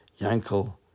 Yankel